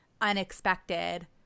unexpected